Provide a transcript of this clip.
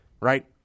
Right